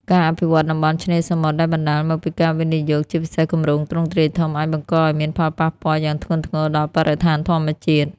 ការអភិវឌ្ឍន៍តំបន់ឆ្នេរសមុទ្រដែលបណ្តាលមកពីការវិនិយោគ ជាពិសេសគម្រោងទ្រង់ទ្រាយធំ អាចបង្កឲ្យមានផលប៉ះពាល់យ៉ាងធ្ងន់ធ្ងរដល់បរិស្ថានធម្មជាតិ។